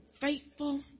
faithful